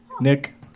Nick